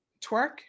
twerk